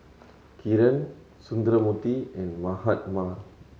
Kiran Sundramoorthy and Mahatma